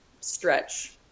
stretch